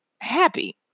happy